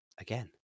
Again